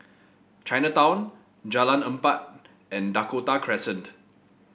Chinatown Jalan Empat and Dakota Crescent